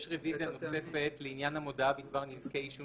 יש רביזיה נוספת לעניין המודעה בדבר נזקי עישון